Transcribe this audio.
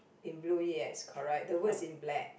in blue yes correct the words in black